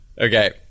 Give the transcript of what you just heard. Okay